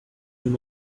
near